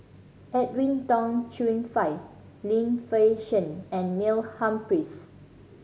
Edwin Tong Chun Fai Lim Fei Shen and Neil Humphreys